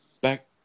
back